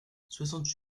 soixante